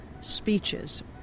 speeches